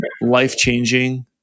life-changing